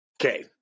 Okay